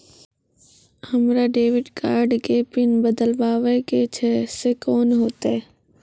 हमरा debit card के PIN बदलबावै के छैं से कौन होतै?